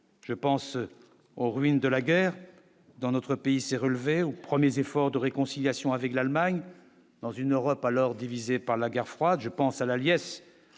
Je pense aux ruines de la guerre dans notre pays, s'est relevé aux premiers efforts de réconciliation avec l'Allemagne dans une Europe alors divisée par la guerre froide, je pense à la liesse